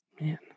Man